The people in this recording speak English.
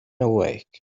awake